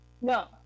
No